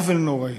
עוול נוראי.